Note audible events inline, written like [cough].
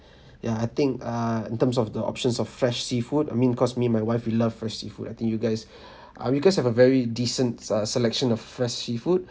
[breath] ya I think err in terms of the options of fresh seafood I mean cause me and my wife we love fresh seafood I think you guys [breath] ah you guys have a very decent uh selection of fresh seafood